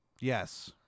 Yes